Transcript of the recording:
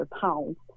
pounds